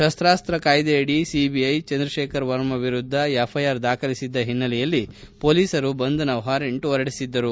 ಶಸ್ತಾಸ್ತ ಕಾಯ್ಲೆಯಡಿ ಸಿಬಿಐ ಚಂದ್ರಶೇಖರ್ ವರ್ಮ ವಿರುದ್ದ ಎಫ್ಐಆರ್ ದಾಖಲಿಸಿದ್ದ ಹಿನ್ನೆಲೆಯಲ್ಲಿ ಪೊಲೀಸರು ಬಂಧನ ವಾರೆಂಟ್ ಹೊರಡಿಸಿದ್ದರು